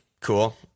Cool